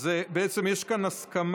אז בעצם יש כאן הסכמה,